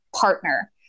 partner